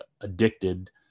addicted